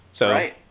Right